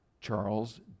Charles